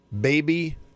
baby